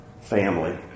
family